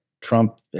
Trump